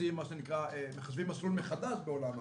מחשבים מסלול מחדש בעולם העבודה.